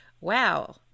wow